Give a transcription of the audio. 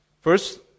First